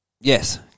Yes